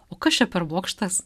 o kas čia per bokštas